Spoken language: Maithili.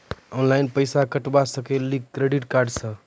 ऑनलाइन पैसा कटवा सकेली का क्रेडिट कार्ड सा?